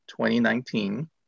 2019